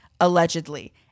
allegedly